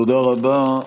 תודה רבה.